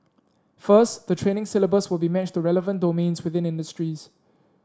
first the training syllabus will be matched to relevant domains within industries